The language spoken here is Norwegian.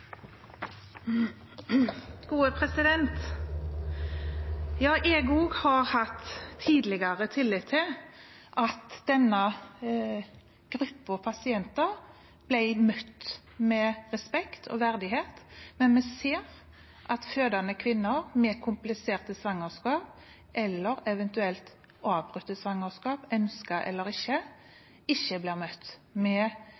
Jeg også har tidligere hatt tillit til at denne gruppen pasienter ble møtt med respekt og verdighet, men vi ser at fødende kvinner med kompliserte svangerskap, eller eventuelt avbrutte svangerskap – ønsket eller ikke – ikke blir møtt med